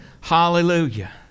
hallelujah